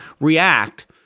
react